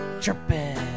chirping